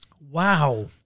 Wow